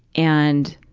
and